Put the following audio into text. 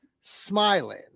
smiling